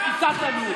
עבדה אצלכם.